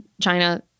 China